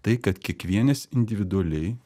tai kad kiekvienas individualiai